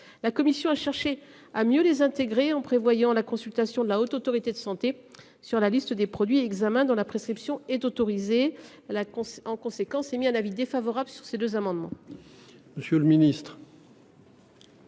La commission a cherché. À mieux les intégrer en prévoyant la consultation de la Haute autorité de santé sur la liste des produits examen dans la prescription est autorisé à la con en conséquence émis un avis défavorable sur ces deux amendements. Monsieur le ministre.